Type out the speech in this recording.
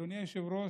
אדוני היושב-ראש,